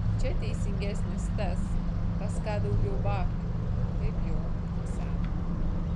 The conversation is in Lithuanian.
čia teisingesnis tas pas ką daugiau babkių taip jau nuo seno